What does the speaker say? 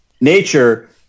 nature